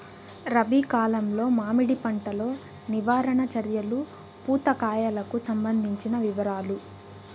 రబి కాలంలో మామిడి పంట లో నివారణ చర్యలు పూత కాయలకు సంబంధించిన వివరాలు?